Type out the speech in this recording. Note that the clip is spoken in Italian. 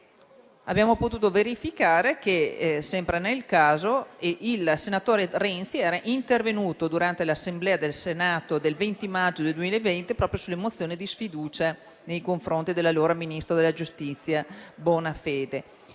Abbiamo potuto verificare che, sempre nel caso, il senatore Renzi era intervenuto, durante la seduta del Senato del 20 maggio 2020, proprio sulle mozioni di sfiducia nei confronti dell'allora ministro della giustizia Bonafede.